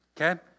okay